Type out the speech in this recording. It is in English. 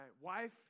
wife